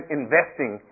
investing